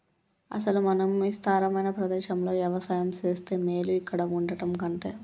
అసలు మనం ఇస్తారమైన ప్రదేశంలో యవసాయం సేస్తే మేలు ఇక్కడ వుండటం కంటె